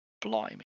Blimey